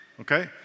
Okay